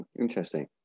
interesting